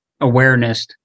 awareness